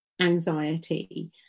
anxiety